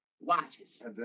watches